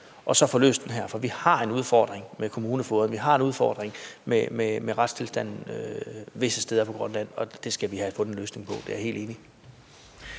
vi kan få løst det her. For vi har en udfordring med kommunefogeder, vi har en udfordring med retstilstanden visse steder i Grønland, og det skal vi have fundet en løsning på. Jeg er helt enig.